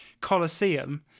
Colosseum